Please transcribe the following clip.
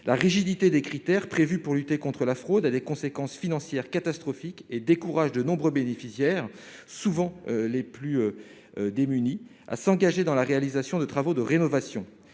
la rigidité des critères prévus pour lutter contre la fraude, a des conséquences financières catastrophiques et décourage de nombreux bénéficiaires, souvent les plus démunis à s'engager dans la réalisation de travaux de rénovation